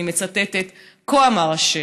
אני מצטטת: "כה אמר ה',